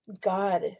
God